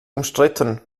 umstritten